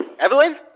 Evelyn